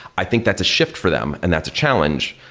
i think that's a shift for them and that's a challenge.